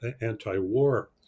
anti-war